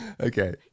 Okay